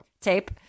Tape